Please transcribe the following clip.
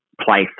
place